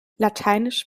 lateinisch